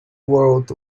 word